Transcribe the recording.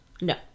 No